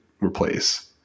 replace